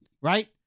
Right